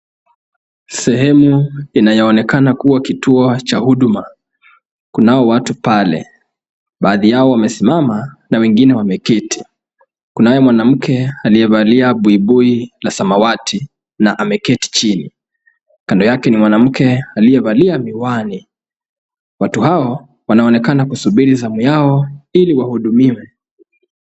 Sehemu inayoonekana kua kituo cha huduma. Kunao watu pale. Baadhi yao wamesimama, na wengine wameketi. Kunaye mwanamke aliyevalia buibui, la samawati na ameketi chini. Kando yake ni mwanamke aliyevalia miwani. Watu hao, wanaonekana kusubiri zamu yao ili wahudumiwe.